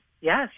yes